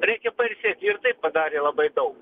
reikia pailsėt ji ir taip padarė labai daug